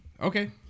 Okay